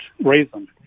reason